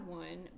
one